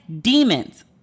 demons